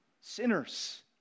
Sinners